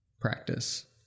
practice